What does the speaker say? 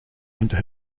under